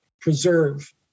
Preserve